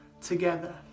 together